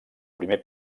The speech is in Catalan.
primer